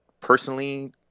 personally